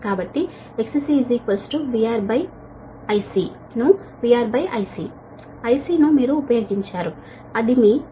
కాబట్టి XC VRIC ను ఆ VRIC ను మీరు ఉపయోగించారు అది మీ IC jC j148